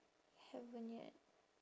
haven't yet